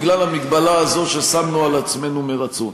בגלל המגבלה הזאת ששמנו על עצמנו מרצון.